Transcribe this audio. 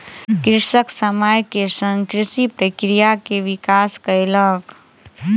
कृषक समय के संग कृषि प्रक्रिया के विकास कयलक